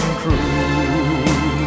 true